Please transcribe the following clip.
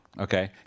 okay